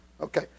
Okay